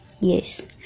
Yes